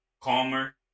calmer